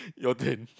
you all can